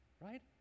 right